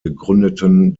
gegründeten